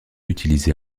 utilisé